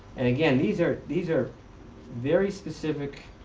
and again, these are these are very specific